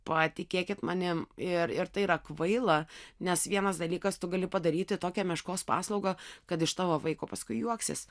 patikėkit manim ir ir tai yra kvaila nes vienas dalykas tu gali padaryti tokią meškos paslaugą kad iš tavo vaiko paskui juoksis